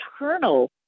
internal